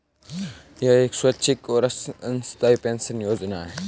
यह एक स्वैच्छिक और अंशदायी पेंशन योजना है